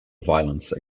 violence